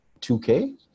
2K